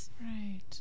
Right